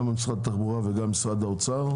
גם משרד התחבורה וגם האוצר,